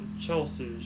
Chelsea